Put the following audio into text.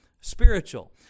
spiritual